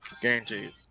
Guaranteed